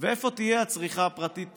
ואיפה תהיה הצריכה הפרטית